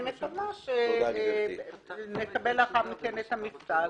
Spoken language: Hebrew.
אני מקווה שנקבל לאחר מכן את המכתב,